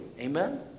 Amen